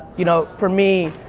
you know, for me,